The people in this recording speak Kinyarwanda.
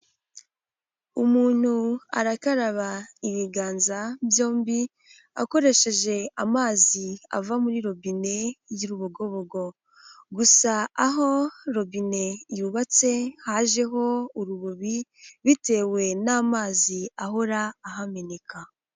Umuntu arakaraba ibiganza byombi akoresheje amazi ava muri robine y'urubogobogo, gusa aho robine yubatse hajeho urubobi bitewe n'amazi ahora ahameneka.